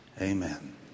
Amen